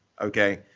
Okay